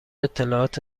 اطلاعات